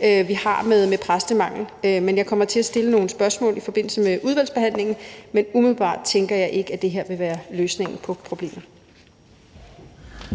vi har med præstemangel. Jeg kommer til at stille nogle spørgsmål i forbindelse med udvalgsbehandlingen, men umiddelbart tænker jeg ikke, at det her vil være løsningen på problemet.